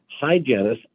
hygienists